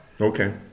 Okay